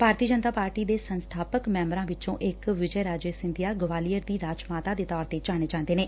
ਭਾਰਤੀ ਜਨਤਾ ਪਾਰਟੀ ਦੇ ਸੰਸਬਾਪਕ ਸੈਂਬਰਾਂ ਵਿਚੋਂ ਇਕ ਵਿਜੇ ਰਾਜੇ ਸਿੰਧੀਆ ਗਵਾਲੀਅਰ ਦੀ ਰਾਜ ਮਾਤਾ ਦੇ ਤੌਰ ਤੇ ਜਾਣੇ ਜਾਂਦੇ ਨੇ